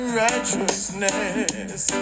righteousness